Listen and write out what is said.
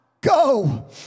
go